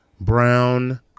brown